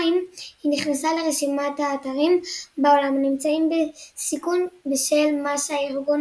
וב־1982 היא נכנסה לרשימת האתרים בעולם הנמצאים בסיכון בשל מה שהארגון